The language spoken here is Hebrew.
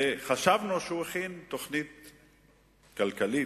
חשבנו שהוא הכין תוכנית כלכלית.